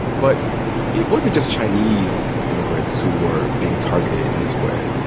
but it wasn't just chinese immigrants who were being targeted in this way.